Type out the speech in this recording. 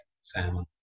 salmon